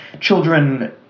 Children